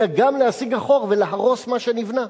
אלא גם להסיג אחור ולהרוס מה שנבנה.